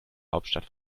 hauptstadt